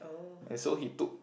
and so he took